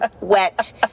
wet